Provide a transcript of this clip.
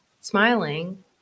smiling